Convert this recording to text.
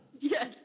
Yes